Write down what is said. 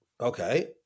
Okay